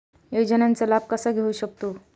योजनांचा लाभ कसा घेऊ शकतू?